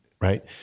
right